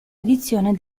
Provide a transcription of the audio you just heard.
edizione